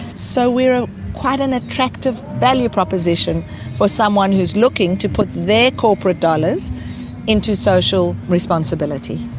so we are ah quite an attractive value proposition for someone who is looking to put their corporate dollars into social responsibility.